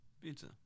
Pizza